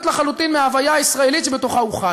לחלוטין מההוויה הישראלית שבתוכה הוא חי.